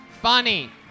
funny